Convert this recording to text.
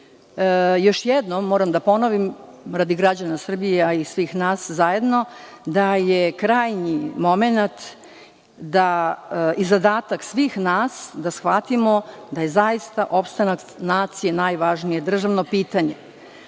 još jednom moram da ponovim radi građana Srbije a i svih nas zajedno, da je krajnji momenat i zadatak svih nas da shvatimo da je zaista opstanak nacije najvažnije državno pitanje.